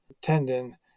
tendon